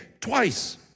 twice